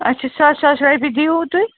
اچھا سَتھ ساس رۄپیہِ دِیِو تُہۍ